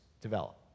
develop